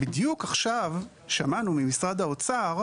בדיוק עכשיו שמענו ממשרד האוצר,